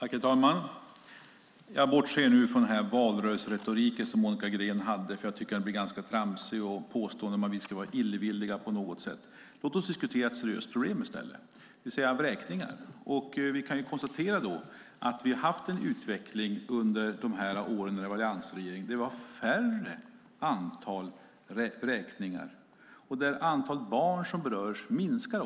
Herr talman! Jag bortser från valrörelseretoriken från Monica Greens sida. Den är tramsig med påståenden om att vi är illvilliga. Låt oss i stället diskutera ett seriöst problem, det vill säga vräkningar. Vi kan konstatera att vi har haft en utveckling med alliansregeringen där det har blivit färre vräkningar och antalet berörda barn har minskat.